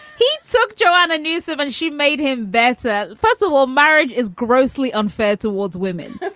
he took joanna newsom and she made him better. first of all, marriage is grossly unfair towards women.